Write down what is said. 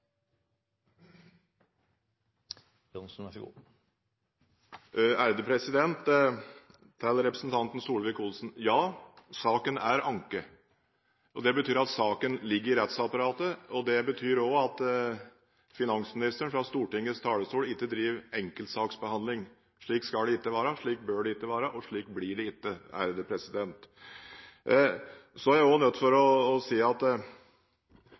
Det betyr at saken ligger i rettsapparatet. Det betyr også at finansministeren fra Stortingets talerstol ikke driver enkeltsaksbehandling. Slik skal det ikke være, slik bør det ikke være, og slik blir det ikke. Så er jeg også nødt til å si at